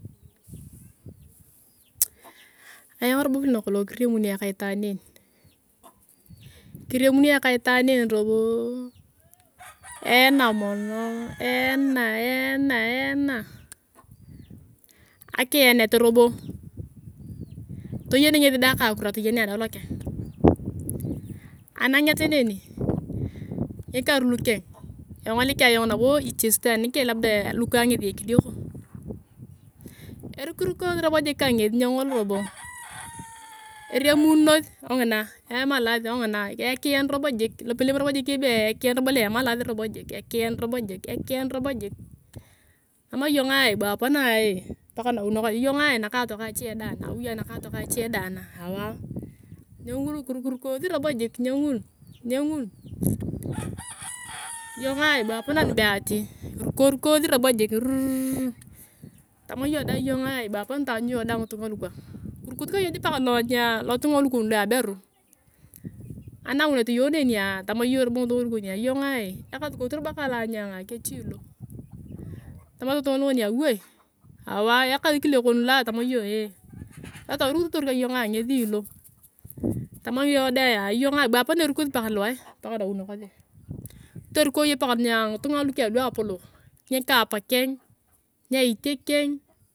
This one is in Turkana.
Ayong robo vile nakolong kiriemun ayong ka itaan en, kiriemun ayong ka itaan en roboo eyaana mono eyaana eyaara akiyanet robo toyen ngesi dang ekaa kiro atoyen ayong dang lokeng. Ananget neni ngikaru lukeng angolik ayong nabo echesito anikeng labda lukang ngesi ekidieko erukuruko sir obo jik ka ngesi nyongol robo eriemununas kongina emalas kongina ekiyan robo jik lopalem robo jik be ekiyan robo loa emalas robo jik ekiyan robo jik lopalem robo jik tama iyongaa hee bwa apanaa hee paka nawi nakosi iyongaa hee nakatokang ache na awi anakatokang ache dang naa awaa nyongulu kirukurukosi robo jik nyongul iyongaa bwa apana nibe ati erukukosi robo robo jik ruuuur tama iyong dengea iyonga bwa apana taany iyong deng ngitung lukang kirukut ka iyong jik paka nia lotunga lukon nia abeeru anangunet iyong nenia tamara robo iyong robo ngitunga lukonia iyongaa ekasukout robo kang loa anyun ayong ngesi lo tamasi ngitunga lukonia wooe awaa ekile kon loa? Tama iyong hee lotokona iru kutotorier kaa iyonga ngesi lo tamaa iyong dae bwa apana erukosi paka aluwae paka nawi nakosi kitoriko iyong paka nia angitunga alukeng alua polok nika apakeng nia aitiekeng.